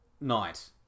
night